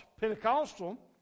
Pentecostal